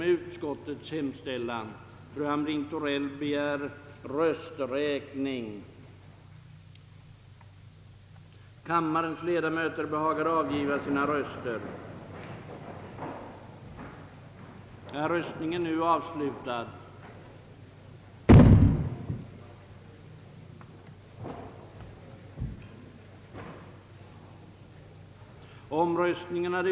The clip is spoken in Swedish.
Vad de önskar är bara att människor skall ha rätt att uttrycka också diametralt motsatta synpunkter.